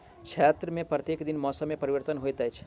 क्षेत्र में प्रत्येक दिन मौसम में परिवर्तन होइत अछि